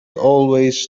always